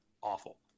awful